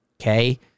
okay